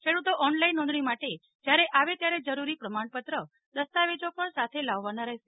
ખેડૂતો ઓનલાઇન નોંધણી માટે જયારે આવે ત્યારે જરૂરી પ્રમાણપત્ર દસ્તાવેજો પણ સાથેલાવવાના રહેશે